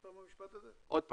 תחזור על המשפט הזה בבקשה.